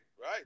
right